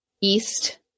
east